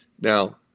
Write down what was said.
Now